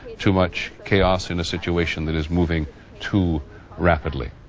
too much chaos in a situation that is moving too rapidly.